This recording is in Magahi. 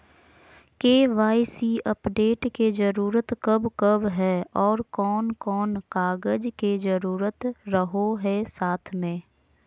के.वाई.सी अपडेट के जरूरत कब कब है और कौन कौन कागज के जरूरत रहो है साथ में?